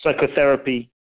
psychotherapy